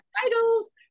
titles